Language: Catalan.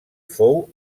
fou